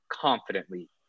confidently